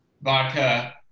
Vodka